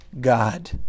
God